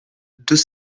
deux